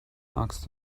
axt